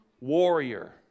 Warrior